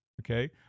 Okay